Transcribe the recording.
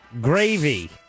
gravy